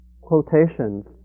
quotations